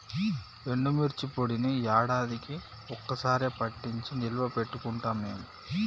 ఎండుమిర్చి పొడిని యాడాదికీ ఒక్క సారె పట్టించి నిల్వ పెట్టుకుంటాం మేము